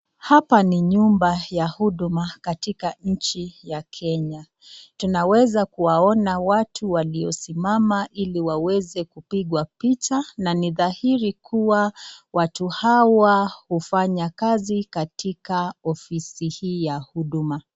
Hapa ni nyumba ya huduma katika nchi ya Kenya. Tunaweza kuwaona watu waliosimama ili waweze kupigwa picha na ni dhahiri kuwa watu hawa hufanya kazi katika ofisi hii ya huduma.